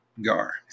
gar